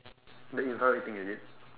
the infrared thing is it